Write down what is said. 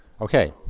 Okay